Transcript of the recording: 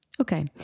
Okay